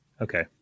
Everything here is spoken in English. Okay